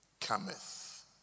cometh